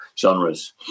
genres